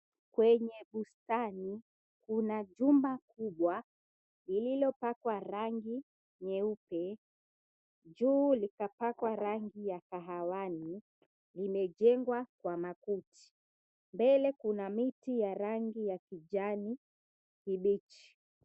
Kwenye bustani kuna jumba kubwa lililopakwa rangi nyeupe, juu likapakwa rangi ya kahawani limejengwa kwa makuti. Mbele kuna miti ya rangi ya kijani kibichi.